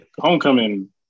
Homecoming